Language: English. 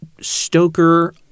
Stoker